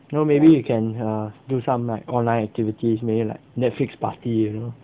you know maybe you can eh do some like online activity maybe like Netflix party you know